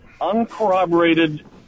uncorroborated